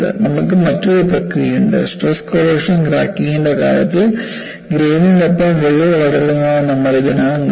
നമുക്ക് മറ്റൊരു പ്രക്രിയയുണ്ട് സ്ട്രെസ് കോറോഷൻ ക്രാക്കിംഗിന്റെ കാര്യത്തിൽ ഗ്രേനിക്കൊപ്പം വിള്ളൽ വളരുന്നതായി നമ്മൾ ഇതിനകം കണ്ടു